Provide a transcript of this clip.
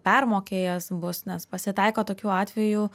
permokėjęs bus nes pasitaiko tokių atvejų